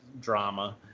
drama